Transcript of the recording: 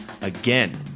Again